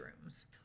rooms